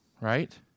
right